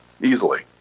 easily